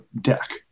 deck